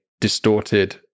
distorted